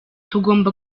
tugomba